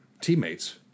teammates